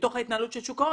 בתוך ההתנהלות של שוק ההון,